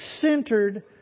centered